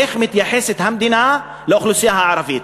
איך מתייחסת המדינה לאוכלוסייה הערבית,